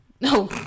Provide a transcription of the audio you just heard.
No